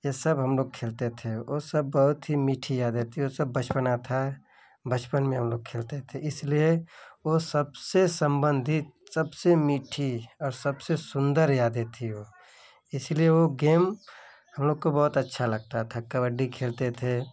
ये सब हम लोग खेलते थे वो सब बहुत ही मीठी यादें थी वो सब बचपना था बचपन में हम लोग खेलते थे इसलिए वो सबसे संबंधित सबसे मीठी और सबसे सुन्दर यादें थी वो इसलिए वो गेम हम लोग को बहुत अच्छा लगता था कबड्डी खेलते थे